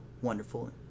wonderful